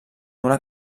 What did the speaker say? una